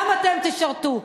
גם אתם תשרתו.